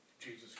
Jesus